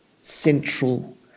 central